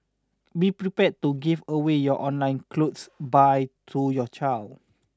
be prepared to give away your online clothes buy to your child